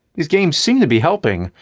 these games seem to be helping.